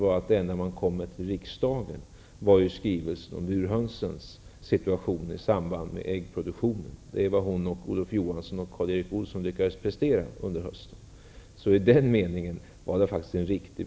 Jag avsåg då skrivelsen om hur hönsens situation i samband med äggproduktionen, vilket var det som Görel Thurdin, Olof Johansson och Karl Erik Olsson lyckades prestera under hösten. I den meningen var min beskrivning riktig.